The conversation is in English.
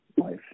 life